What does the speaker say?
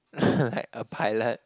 like a pilot